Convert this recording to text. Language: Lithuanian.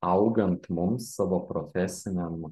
augant mums savo profesiniam